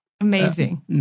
Amazing